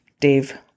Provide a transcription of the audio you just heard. Dave